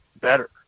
better